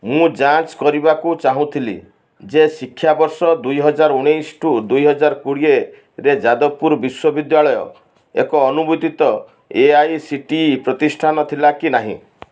ମୁଁ ଯାଞ୍ଚ କରିବାକୁ ଚାହୁଁଥିଲି ଯେ ଶିକ୍ଷାବର୍ଷ ଦୁଇ ହଜାର ଉଣେଇଶ ଠୁ ଦୁଇ ହଜାରେ କୋଡ଼ିଏରେ ଯାଦବପୁର ବିଶ୍ୱବିଦ୍ୟାଳୟ ଏକ ଅନୁମୋଦିତ A I C T E ପ୍ରତିଷ୍ଠାନ ଥିଲା କି ନାହିଁ